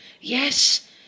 Yes